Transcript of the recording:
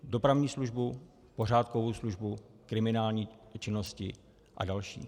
Dopravní službu, pořádkovou službu, kriminální činnosti a další.